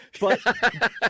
but-